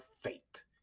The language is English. fate